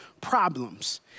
problems